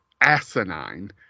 asinine